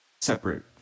separate